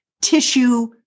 tissue